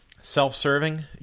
self-serving